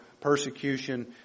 persecution